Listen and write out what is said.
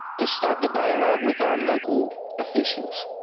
to start the dialogue with our local officials.